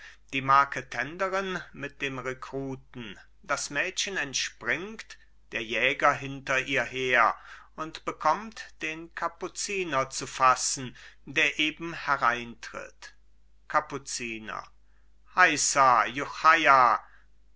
die marketenderin mit dem rekruten das mädchen entspringt der jäger hinter ihr her und bekommt den kapuziner zu fassen der eben hereintritt kapuziner heisa